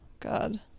god